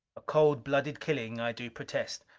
a cold-blooded killing, i do protest,